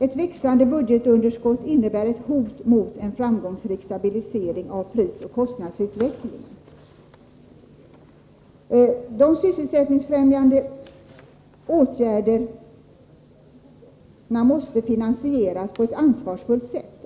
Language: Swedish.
——— Ett växande budgetunderskott innebär ett hot mot en framgångsrik stabilisering av prisoch kostnadsutvecklingen. ——- De sysselsättningsfrämjande åtgärder som har föreslagits måste finansieras på ett ansvarsfullt sätt.